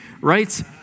right